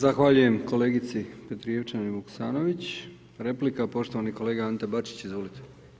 Zahvaljujem kolegici Petrijevčanin Vuksanović, replika poštovani kolega Ante Bačić, izvolite.